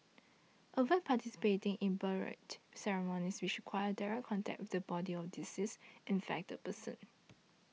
avoid participating in burial ceremonies which require direct contact with the body of a deceased infected person